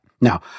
Now